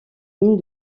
mine